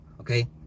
okay